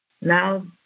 now